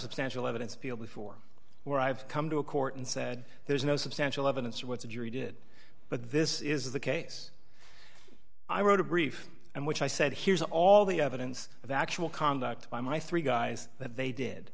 substantial evidence field before where i've come to a court and said there's no substantial evidence or what's a jury did but this is the case i wrote a brief and which i said here's all the evidence of actual conduct by my three guys that they did